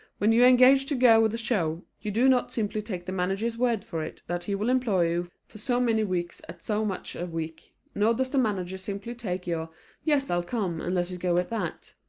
when you engage to go with a show, you do not simply take the manager's word for it that he will employ you for so many weeks at so much a week, nor does the manager simply take your yes, i'll come, and let it go at that.